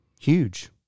huge